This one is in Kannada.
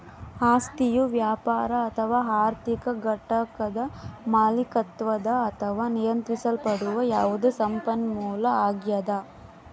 ಆಸ್ತಿಯು ವ್ಯಾಪಾರ ಅಥವಾ ಆರ್ಥಿಕ ಘಟಕದ ಮಾಲೀಕತ್ವದ ಅಥವಾ ನಿಯಂತ್ರಿಸಲ್ಪಡುವ ಯಾವುದೇ ಸಂಪನ್ಮೂಲ ಆಗ್ಯದ